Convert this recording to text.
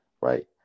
right